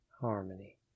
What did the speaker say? Harmony